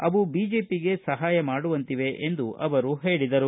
ಅವು ಬಿಜೆಪಿಗೆ ಸಹಾಯ ಮಾಡುವಂತಿವೆ ಎಂದು ಹೇಳಿದರು